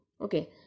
Okay